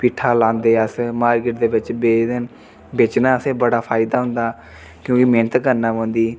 पिट्ठा लांदे अस मार्किट दे बिच्च बेचदे न बेचना असें बड़ा फायदा होंदा क्योंकि मेह्नत करना पौंदी